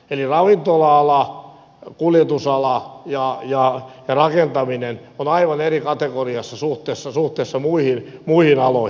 eli ravintola ala kuljetusala ja rakentaminen ovat aivan eri kategoriassa suhteessa muihin aloihin